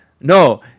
No